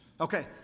Okay